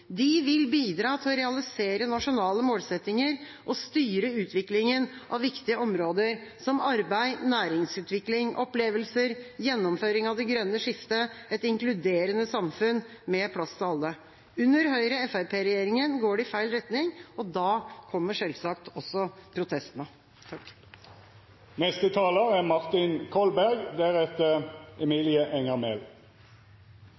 De vil bidra til å realisere nasjonale målsettinger og styre utviklingen av viktige områder som arbeid, næringsutvikling, opplevelser, gjennomføring av det grønne skiftet og et inkluderende samfunn med plass til alle. Under Høyre–Fremskrittsparti-regjeringa går det i feil retning, og da kommer selvsagt også protestene.